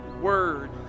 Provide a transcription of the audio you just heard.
word